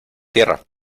tierra